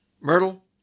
Myrtle